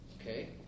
Okay